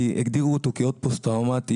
כי הגדירו אותו כעוד פוסט טראומטי.